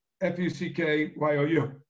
F-U-C-K-Y-O-U